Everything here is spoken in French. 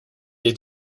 est